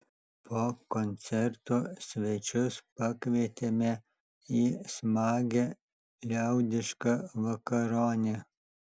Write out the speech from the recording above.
po koncerto svečius pakvietėme į smagią liaudišką vakaronę